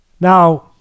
Now